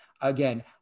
again